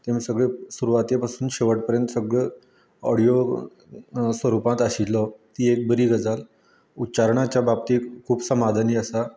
तेमी सगळें सुरवाते पासून शेवट पर्यत सगळें ऑडीयो स्वरुपांत आशिल्लो ती एक बरी गजाल उच्चारणाच्या बाबतींत खूब समाधानी आसा